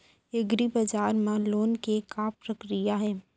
एग्रीबजार मा लोन के का प्रक्रिया हे?